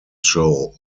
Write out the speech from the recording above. show